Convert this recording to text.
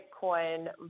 Bitcoin